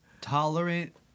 Tolerant